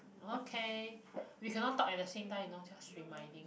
okay we cannot talk at the same time you know just reminding